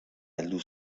heldu